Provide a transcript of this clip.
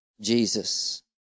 Jesus